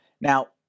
Now